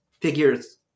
figures